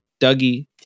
Dougie